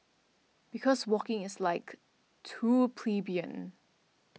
because walking is like too plebeian